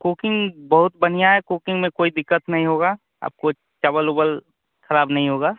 cooking बहुत बढ़िया है कुकिंग में कोई दिक्कत नहीं होगी आपको चावल ओवल खराब नहीं होगा